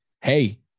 hey